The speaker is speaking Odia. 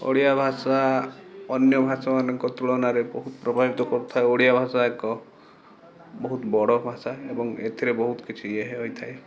ଓଡ଼ିଆ ଭାଷା ଅନ୍ୟ ଭାଷାମାନଙ୍କ ତୁଳନାରେ ବହୁତ ପ୍ରଭାବିତ କରିଥାଏ ଓଡ଼ିଆ ଭାଷା ଏକ ବହୁତ ବଡ଼ ଭାଷା ଏବଂ ଏଥିରେ ବହୁତ କିଛି ଇଏ ହୋଇଥାଏ